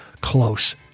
close